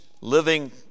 living